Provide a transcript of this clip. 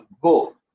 go